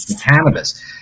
cannabis